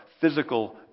physical